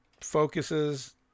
focuses